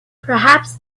perhaps